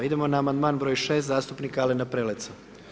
Idemo na Amandman br. 6 zastupnika Alena Preleca.